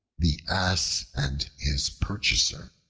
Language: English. the ass and his purchaser